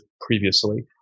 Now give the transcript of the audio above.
Previously